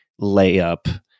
layup